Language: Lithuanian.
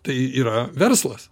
tai yra verslas